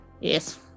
Yes